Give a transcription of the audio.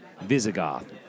Visigoth